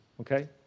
okay